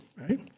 right